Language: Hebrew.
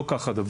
לא כך הדבר,